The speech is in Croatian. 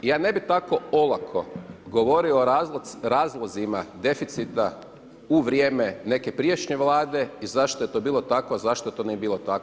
Ja ne bih tako olako govorio o razlozima deficita u vrijeme neke prijašnje Vlade i zašto to j to bilo tako, zašto to nije bilo tako.